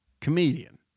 comedian